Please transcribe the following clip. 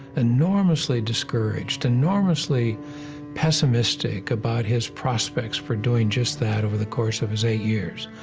enormously discouraged, enormously pessimistic about his prospects for doing just that over the course of his eight years.